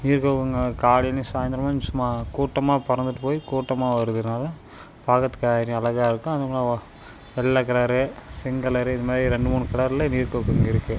நீர் கொக்குங்க காலையிலேயும் சாய்ந்திரமும் சும்மா கூட்டமாக பறந்துட்டு போய் கூட்டமாக வரதுனால் பார்க்கறதுக்கு அதுங்க அழகாக இருக்கும் அதுங்க வெள்ளை கலரு செங்கலர் இதுமாதிரி ரெண்டு மூணு கலரில் நீர் கொக்குங்க இருக்குது